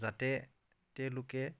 যাতে তেওঁলোকে